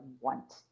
want